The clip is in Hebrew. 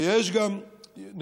ויש גם נכונות,